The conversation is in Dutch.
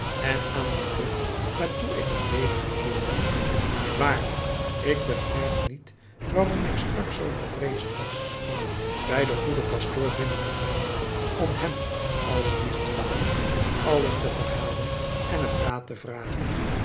en aan de deugd waartoe ik ben wedergekeerd waarlijk ik begrijp niet waarom ik straks zoo bevreesd was bij den goeden pastoor binnen te gaan om hem als biechtvader alles te verhalen en hem raad te vragen